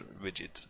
rigid